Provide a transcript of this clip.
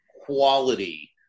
quality